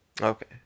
Okay